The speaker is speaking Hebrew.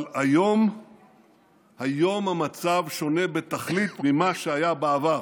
אבל היום המצב שונה בתכלית ממה שהיה בעבר.